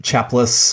chapless